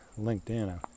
LinkedIn